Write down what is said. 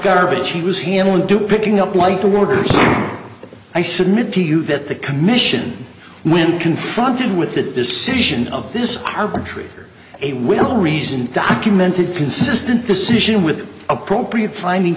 garbage he was handling do picking up like the warders i submit to you that the commission when confronted with the decision of this arbitrary or a will reason documented consistent decision with appropriate finding